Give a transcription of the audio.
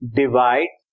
divide